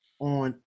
on